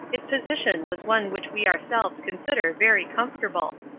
its position was one which we ourselves consider very comfortable.